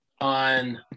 on